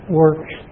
works